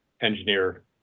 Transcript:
engineer